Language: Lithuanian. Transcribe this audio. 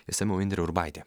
išsamiau indrė urbaitė